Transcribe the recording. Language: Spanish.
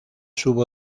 hubo